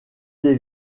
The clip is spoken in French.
des